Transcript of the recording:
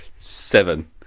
Seven